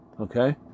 Okay